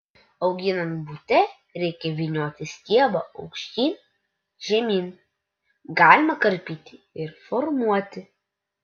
auginant bute reikia vynioti stiebą aukštyn žemyn galima karpyti ir formuoti